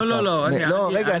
לעשות.